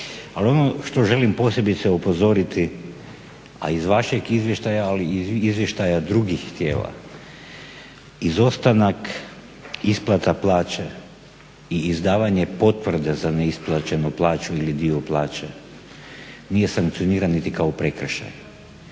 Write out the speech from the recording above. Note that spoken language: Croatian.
Ali ono što želim posebice upozoriti, a iz vašeg izvještaja, ali i izvještaja drugih tijela, izostanak isplata plaće i izdavanje potvrde za neisplaćenu plaću ili dio plaće nije sankcioniran niti kao prekršaj,